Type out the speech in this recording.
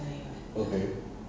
okay